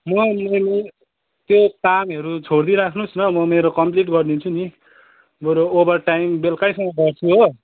म त्यो कामहरू छोडिदिइराख्नुहोस् न म मेरो कम्प्लिट गरिदिन्छु नि बरू ओभर टाइम बेलुकैसम्म गर्छु हो